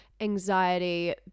anxiety